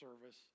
service